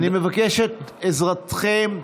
אני מבקש את עזרתכם,